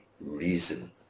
reason